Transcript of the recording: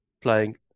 playing